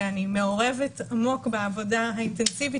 ואני מעורבת עמוק בעבודה האינטנסיבית